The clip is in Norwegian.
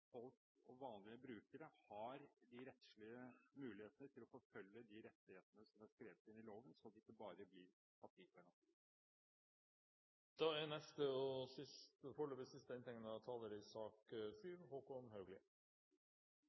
vanlige brukere, har de rettslige mulighetene til å forfølge de rettighetene som er skrevet inn i loven, slik at det ikke bare blir papirgarantier. Jeg tegnet meg for å oppklare en misforståelse i